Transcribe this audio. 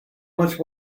much